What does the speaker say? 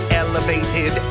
elevated